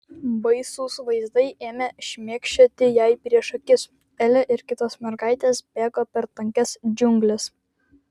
baisūs vaizdai ėmė šmėkščioti jai prieš akis elė ir kitos mergaitės bėgo per tankias džiungles